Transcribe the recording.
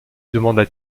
demanda